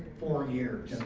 four years.